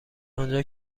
آنجا